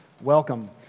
welcome